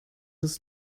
his